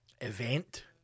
event